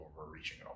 overreaching